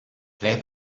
play